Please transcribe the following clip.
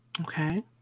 Okay